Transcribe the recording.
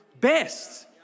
best